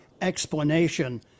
explanation